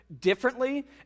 differently